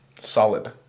solid